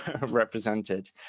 represented